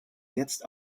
jetzt